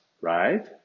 right